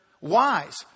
wise